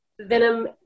Venom